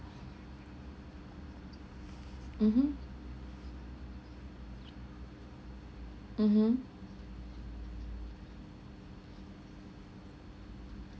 mmhmm mmhmm